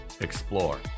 explore